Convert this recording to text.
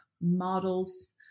models